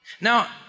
Now